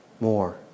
more